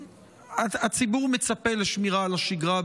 הציבור מצפה לשמירה על השגרה,